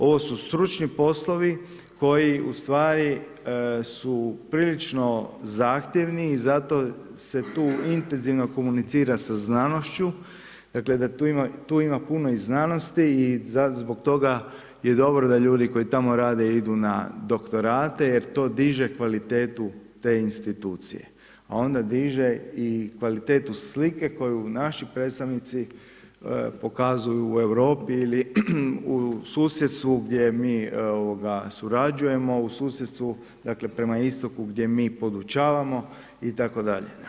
Ovo su stručni poslovi koji u stvari su prilično zahtjevni i zato se tu intenzivno komunicira sa znanošću, dakle tu ima puno i znanosti i zbog toga je dobro da ljudi koji tamo rade idu na doktorate jer to diže kvalitetu te institucije, a onda diže i kvalitetu te institucije, a onda diže i kvalitetu slike koju naši predstavnici pokazuju u Europi ili u susjedstvu, gdje mi surađujemo, u susjedstvu, dakle, prema istoku gdje mi podučavamo itd.